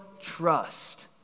trust